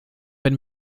wenn